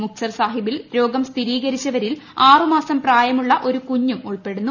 മുക്ത്സർ സാഹിബിൽ രോഗം സ്ഥിരീകരിച്ചവരിൽ ആറു മാസം പ്രായമുള്ള ഒരു കുഞ്ഞും ഉൾപ്പെടുന്നു